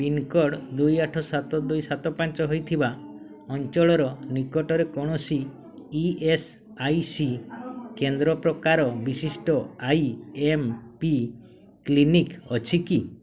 pincode ଦୁଇ ଆଠ ସାତ ଦୁଇ ସାତ ପାଞ୍ଚ ହେଇଥିବା ଅଞ୍ଚଳର ନିକଟରେ କୌଣସି ଇ ଏସ୍ ଆଇ ସି କେନ୍ଦ୍ର ପ୍ରକାର ବିଶିଷ୍ଟ ଆଇ ଏମ୍ ପି କ୍ଲିନିକ୍ ଅଛି କି